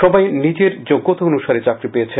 সবাই নিজ যোগ্যতা অনুসারে চাকরী পেয়েছেন